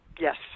Yes